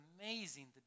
amazing